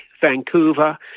Vancouver